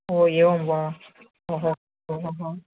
ओ एवं वा ओहो ओहोहो